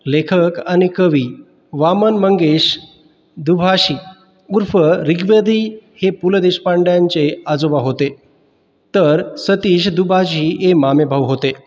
लेखक आणि कवी वामन मंगेश दुभाषी उर्फ ऋग्वेदी हे पु ल देशपांड्यांचे आजोबा होते तर सतीश दुभाषी हे मामेभाऊ होते